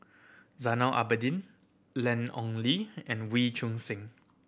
Zainal Abidin Ian Ong Li and Wee Choon Seng